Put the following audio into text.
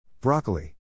Broccoli